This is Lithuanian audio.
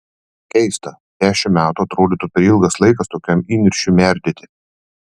keista dešimt metų atrodytų per ilgas laikas tokiam įniršiui merdėti